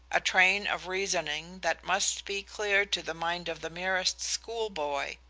a train of reasoning that must be clear to the mind of the merest schoolboy.